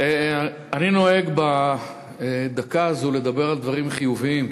אני נוהג בדקה הזו לדבר על דברים חיוביים,